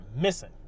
missing